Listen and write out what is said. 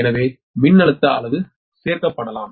எனவே மின்னழுத்த அளவு சேர்க்கப்படலாம்